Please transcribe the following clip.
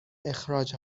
اخراج